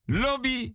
lobby